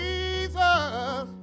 Jesus